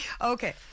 Okay